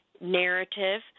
narrative